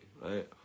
right